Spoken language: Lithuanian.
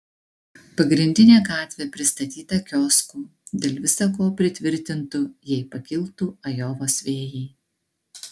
pagrindinė gatvė pristatyta kioskų dėl visa ko pritvirtintų jei pakiltų ajovos vėjai